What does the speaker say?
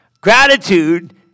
Gratitude